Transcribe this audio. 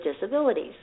disabilities